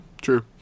true